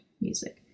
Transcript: music